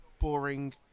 boring